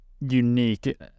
unique